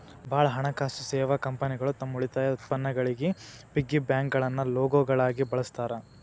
ಭಾಳ್ ಹಣಕಾಸು ಸೇವಾ ಕಂಪನಿಗಳು ತಮ್ ಉಳಿತಾಯ ಉತ್ಪನ್ನಗಳಿಗಿ ಪಿಗ್ಗಿ ಬ್ಯಾಂಕ್ಗಳನ್ನ ಲೋಗೋಗಳಾಗಿ ಬಳಸ್ತಾರ